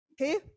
okay